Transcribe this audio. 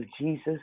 Jesus